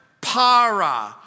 para